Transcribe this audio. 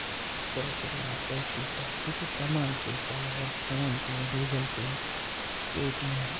ژٕ حظ چھُکھ وَنان توتی کَتھ بہٕ چھُس تَمام چیٖز چَلاوان فون پے گوٗگٕل پے پے ٹی ایم